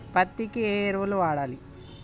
పత్తి కి ఏ ఎరువులు వాడాలి?